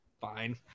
fine